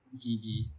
G G